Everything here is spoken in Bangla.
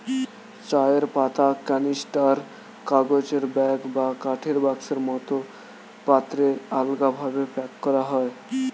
চায়ের পাতা ক্যানিস্টার, কাগজের ব্যাগ বা কাঠের বাক্সের মতো পাত্রে আলগাভাবে প্যাক করা হয়